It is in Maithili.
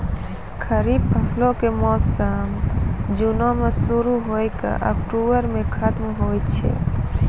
खरीफ फसलो के मौसम जूनो मे शुरु होय के अक्टुबरो मे खतम होय छै